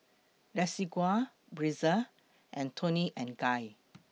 Desigual Breezer and Toni and Guy